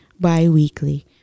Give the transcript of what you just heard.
Bi-weekly